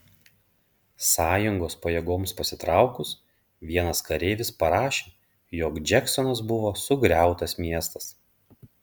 sąjungos pajėgoms pasitraukus vienas kareivis parašė jog džeksonas buvo sugriautas miestas